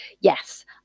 yes